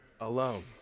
alone